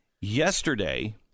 Yesterday